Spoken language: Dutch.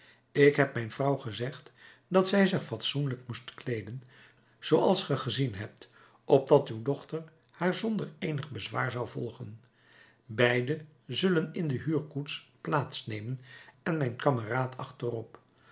ik heb mijn vrouw gezegd dat zij zich fatsoenlijk moest kleeden zooals ge gezien hebt opdat uw dochter haar zonder eenig bezwaar zou volgen beide zullen in de huurkoets plaats nemen en mijn kameraad achterop